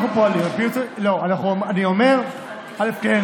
אנחנו פועלים על פי, לא, אני אומר: א.